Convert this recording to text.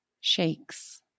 shakes